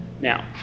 Now